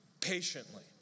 patiently